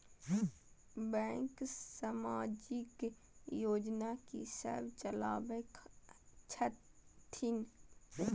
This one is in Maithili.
बैंक समाजिक योजना की सब चलावै छथिन?